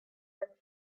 and